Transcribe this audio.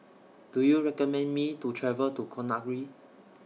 Do YOU recommend Me to travel to Conakry